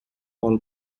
all